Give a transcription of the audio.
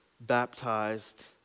baptized